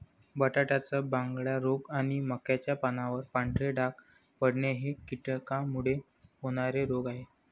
बटाट्यात बांगड्या रोग आणि मक्याच्या पानावर पांढरे डाग पडणे हे कीटकांमुळे होणारे रोग आहे